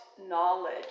knowledge